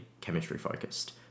chemistry-focused